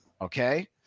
okay